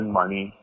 money